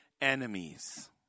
enemies